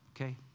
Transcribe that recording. okay